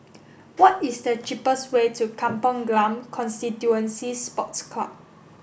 what is the cheapest way to Kampong Glam Constituency Sports Club